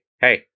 hey